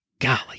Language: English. Golly